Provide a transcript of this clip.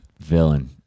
Villain